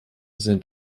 sind